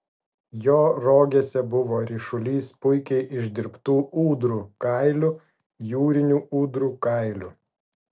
jo rogėse buvo ryšulys puikiai išdirbtų ūdrų kailių jūrinių ūdrų kailių